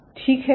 ठीक है